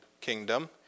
kingdom